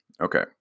Okay